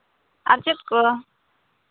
ᱟᱨ ᱪᱮᱫ ᱠᱚ